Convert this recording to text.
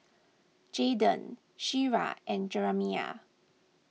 Jaiden Shira and Jeramiah